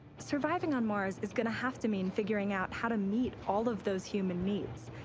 surviving on mars is going to have to mean figuring out how to meet all of those human needs.